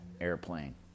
airplane